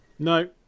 No